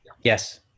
yes